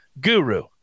Guru